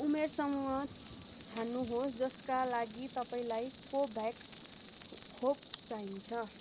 उमेर समूह छान्नुहोस् जसका लागि तपाईँँलाई कोभ्याक्स खोप चाहिन्छ